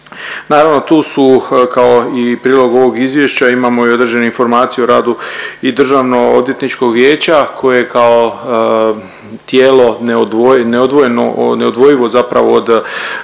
Naravno tu su kao i u prilogu ovog izvješća imamo i određenu informaciju o radu i DOV-a koje je kao tijelo neodvojeno od, neodvojivo zapravo od